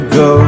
go